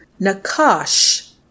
nakash